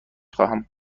خواهم